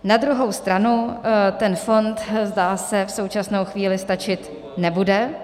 Na druhou stranu ten fond, zdá se, v současné chvíli stačit nebude.